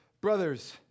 Brothers